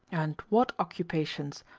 and what occupations!